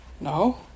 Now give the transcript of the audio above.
No